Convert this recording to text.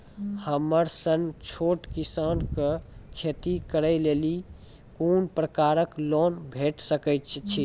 हमर सन छोट किसान कअ खेती करै लेली लेल कून कून प्रकारक लोन भेट सकैत अछि?